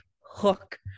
hook